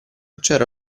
c’era